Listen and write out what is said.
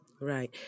Right